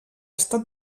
estat